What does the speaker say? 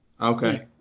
Okay